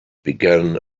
begun